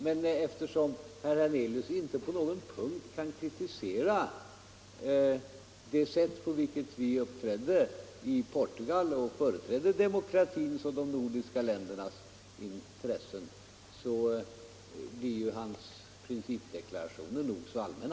Men eftersom herr Hernelius inte på någon punkt kan kritisera det sätt på vilket vi i Portugal företrädde demokratins och de nordiska ländernas intressen blir hans principdeklarationer nog så allmänna.